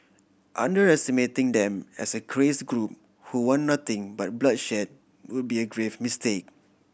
underestimating them as a craze group who want nothing but bloodshed would be a grave mistake